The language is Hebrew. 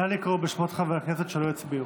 נא לקרוא בשמות חברי הכנסת שלא הצביעו.